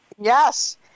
yes